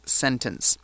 sentence